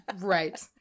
right